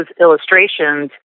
illustrations